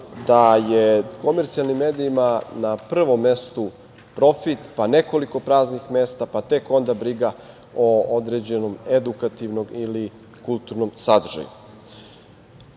da je komercijalnim medijima na prvom mestu profit, pa nekoliko praznih mesta, pa tek onda briga o određenom edukativnom ili kulturnom sadržaju. Svuda